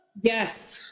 Yes